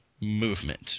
movement